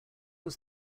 was